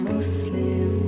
Muslim